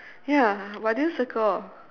ya but I didn't circle all